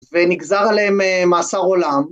‫ונגזר עליהם מאסר עולם.